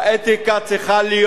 האתיקה צריכה להיות